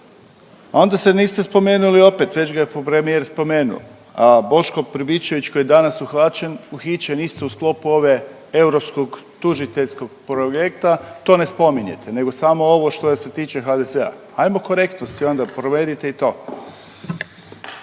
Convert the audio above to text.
onda se niste spomenuli opet, već ga je premijer spomenuo, a Boško Pribičević koji je danas uhvaćen, uhićen isto u sklopu ove, Europskog tužiteljskog projekta, to ne spominjete, nego samo ovo što se tiče HDZ-a. Ajmo korektno si onda provedite i to.